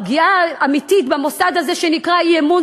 הפגיעה האמיתית במוסד הזה שנקרא "אי-אמון"